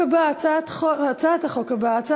הצעת החוק הבאה,